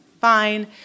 fine